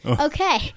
Okay